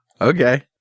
Okay